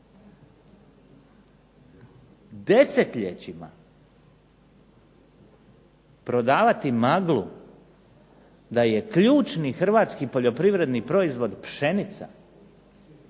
Desetljećima prodavati maglu da je ključni hrvatski poljoprivredni proizvod pšenica,